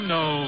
no